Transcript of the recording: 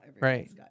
Right